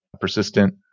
persistent